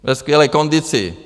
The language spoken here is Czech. Ve skvělé kondici!